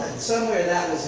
somewhere that was